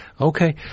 okay